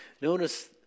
notice